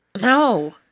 No